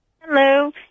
Hello